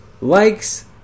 Likes